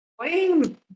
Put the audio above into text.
Playing